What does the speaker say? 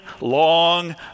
long